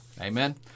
Amen